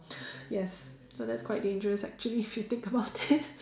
yes so that's quite dangerous actually if you think about it